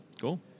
Cool